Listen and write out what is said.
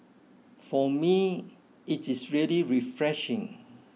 for me it is really refreshing